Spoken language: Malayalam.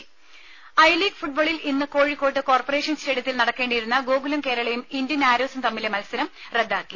ദേദ ഐലീഗ് ഫുട്ബാളിൽ ഇന്ന് കോഴിക്കോട് കോർപ്പറേഷൻ സ്റ്റേഡിയത്തിൽ നടക്കേണ്ടിയിരുന്ന ഗോകുലം കേരളയും ഇന്ത്യൻ ആരോസും തമ്മിലെ മത്സരം റദ്ദാക്കി